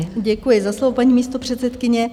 Děkuji za slovo, paní místopředsedkyně.